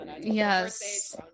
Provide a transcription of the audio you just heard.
Yes